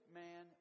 man